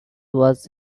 was